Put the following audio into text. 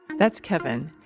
that's kevin.